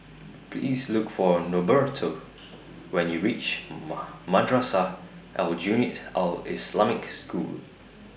Please Look For Norberto when YOU REACH Madrasah Aljunied Al Islamic School